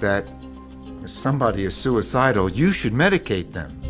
that somebody is suicidal you should medicate them